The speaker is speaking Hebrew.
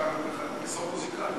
כיסאות מוזיקליים.